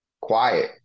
Quiet